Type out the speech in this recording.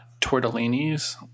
tortellinis